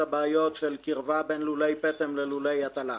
הבעיות של קירבה בין לולי פטם ללולי הטלה.